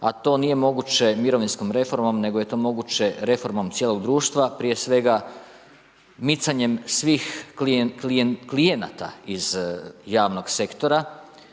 a to nije moguće mirovinskom reformom, nego je to moguće reformom cijelog društva, prije svega micanjem svih klijenata iz javnog sektora